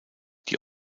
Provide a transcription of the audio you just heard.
die